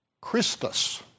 Christus